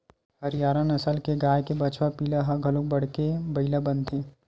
हरियाना नसल के गाय के बछवा पिला ह घलोक बाड़के बइला बनथे